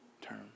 term